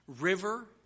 river